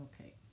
Okay